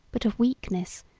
but of weakness,